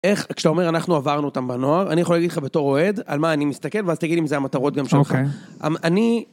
איך כשאתה אומר אנחנו עברנו אותם בנוער, אני יכול להגיד לך בתור אוהד על מה אני מסתכל, ואז תגיד אם זה המטרות גם שלכם. אוקיי.